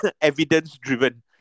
evidence-driven